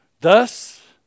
Thus